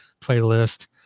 playlist